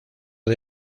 del